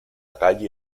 calle